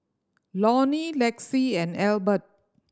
Lonny Lexie and Elbert